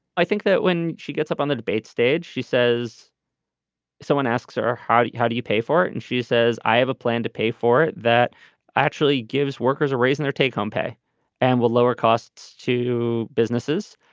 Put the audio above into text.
i think that when she gets up on the debate stage she says someone asks her how do you how do you pay for it. and she says i have a plan to pay for it. that actually gives workers are raising their take home pay and we'll lower costs to businesses.